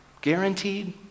guaranteed